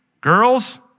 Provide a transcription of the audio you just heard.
girls